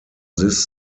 this